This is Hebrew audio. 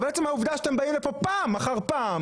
אבל עצם העובדה שאתם באים לפה פעם אחר פעם